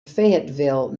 fayetteville